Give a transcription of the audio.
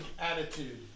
attitude